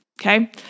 okay